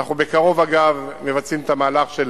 אגב, בקרוב אנחנו מבצעים את המהלך של